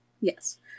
Yes